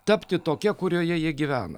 tapti tokia kurioje jie gyvena